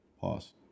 Pause